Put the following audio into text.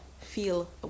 feel